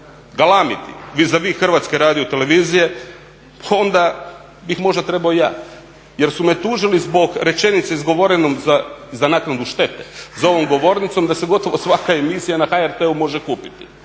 galamiti vis a vis Hrvatske radiotelevizije, pa onda bih možda trebao ja jer su me tužili zbog rečenice izgovorene za naknadu štete za ovom govornicom, da se gotovo svaka emisija na HRT-u može kupiti.